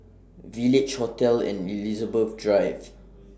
Village Hotel and Elizabeth Drive